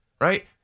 right